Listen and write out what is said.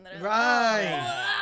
right